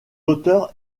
auteurs